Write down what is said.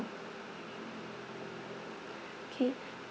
K